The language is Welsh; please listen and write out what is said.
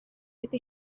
ydy